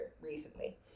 recently